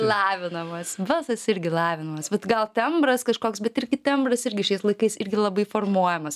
lavinamas balsas irgi lavinamas vat gal tembras kažkoks bet irgi tembras irgi šiais laikais irgi labai formuojamas